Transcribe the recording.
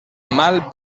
mal